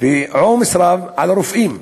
ועומס רב על הרופאים.